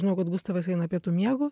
žinau kad gustavas eina pietų miego